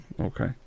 Okay